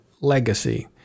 Legacy